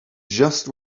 just